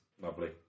Lovely